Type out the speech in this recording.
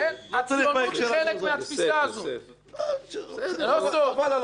חבל על הזמן.